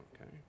okay